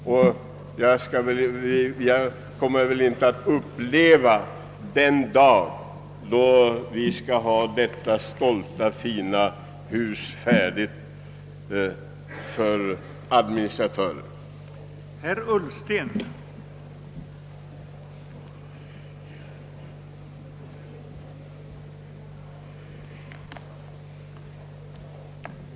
Själv kommer jag väl inte att uppleva den dag då detta stolta, fina hus för administratörer står färdigt.